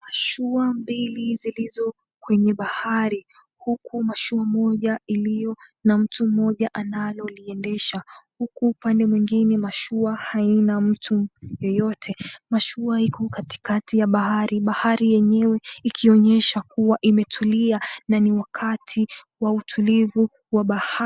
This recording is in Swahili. Mashua mbili zilizokwenye bahari huku mashua moja iliyo na mtu mmoja analoliendesha, huku upande mwingine mashua haina mtu yeyote. Mashua iko katikati ya bahari, bahari yenyewe ikionyesha kuwa imetulia na ni wakati wa utulivu wa bahari.